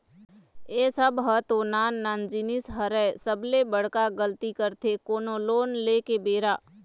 ए सब ह तो नान नान जिनिस हरय सबले बड़का गलती करथे कोनो लोन ले के बेरा